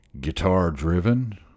guitar-driven